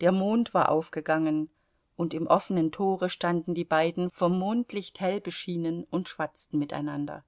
der mond war aufgegangen und im offenen tore standen die beiden vom mondlicht hell beschienen und schwatzten miteinander